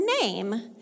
name